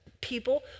people